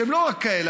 שהם לא רק כאלה,